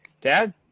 dad